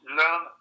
learn